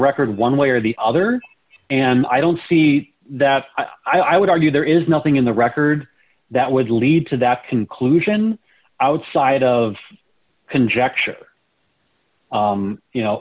record one way or the other and i don't see that i would argue there is nothing in the record that would lead to that conclusion outside of conjecture you